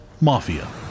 Mafia